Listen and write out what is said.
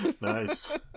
Nice